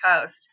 coast